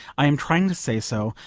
i am trying to say so,